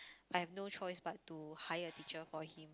I have no choice but to hire a teacher for him